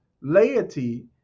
Laity